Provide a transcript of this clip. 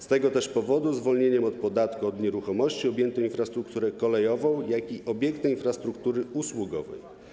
Z tego też powodu zwolnieniem od podatku od nieruchomości objęto infrastrukturę kolejową, jak i obiekty infrastruktury usługowej.